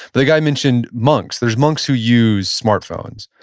the guy mentioned monks. there's monks who use smartphones,